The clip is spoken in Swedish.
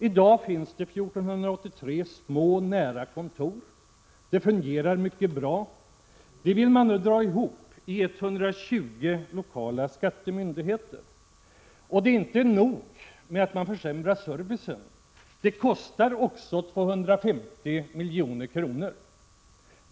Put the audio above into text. I dag finns det 1 483 små nära kontor. Det fungerar mycket bra. Det vill man nu dra ihop till 120 lokala skattemyndigheter. Och det är inte nog med att man försämrar servicen, det kostar också 250 milj.kr.